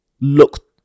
look